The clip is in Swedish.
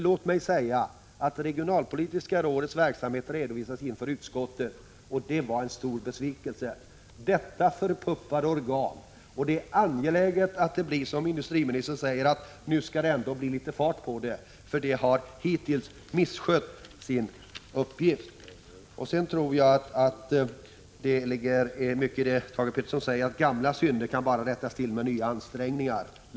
Låt mig säga att när regionalpolitiska rådets verksamhet redovisades inför utskottet, då var det en stor besvikelse. Detta förpuppade organ! Det är angeläget att det blir som industriministern säger, dvs. att det nu skall bli mera fart på det regionalpolitiska rådet. Hittills har det nämligen misskött sin uppgift. Sedan vill jag säga att jag tror det ligger mycket i vad Thage Peterson sade om att gamla synder bara kan rättas till med nya ansträngningar.